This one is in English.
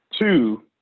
Two